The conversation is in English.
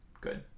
good